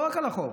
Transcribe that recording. ולא רק על החוק,